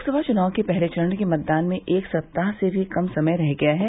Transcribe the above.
लोकसभा चुनाव के पहले चरण के मतदान में एक सप्ताह से भी कम समय रह गया है